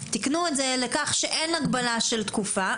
תיקנו את זה לכך שאין הגבלה של תקופה.